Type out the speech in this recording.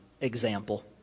example